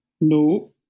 No